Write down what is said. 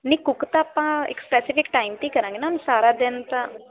ਨਹੀਂ ਕੁੱਕ ਤਾਂ ਆਪਾਂ ਇੱਕ ਸਪੈਸੀਫਿਕ ਟਾਈਮ 'ਤੇ ਹੀ ਕਰਾਂਗੇ ਨਾ ਹੁਣ ਸਾਰਾ ਦਿਨ ਤਾਂ